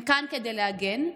הם כאן כדי להגן,